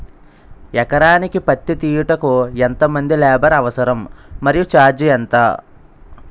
ఎకరానికి పత్తి తీయుటకు ఎంత మంది లేబర్ అవసరం? మరియు ఛార్జ్ ఎంత?